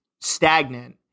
stagnant